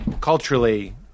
culturally